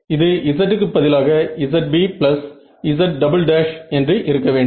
இது z க்கு பதிலாக zBz என்று இருக்க வேண்டும்